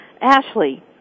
Ashley